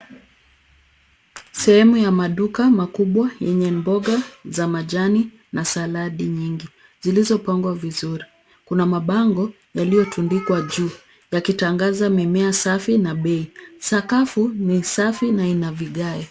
Sehemu ya maduka makubwa yenye mboga za majani na saladi nyingi zilizopangwa vizuri. Kuna mabango yaliyotundikwa juu yakitangaza mimea safi na bei. Sakafu ni safi na ina vigae.